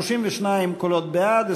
32 קולות בעד,